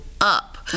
up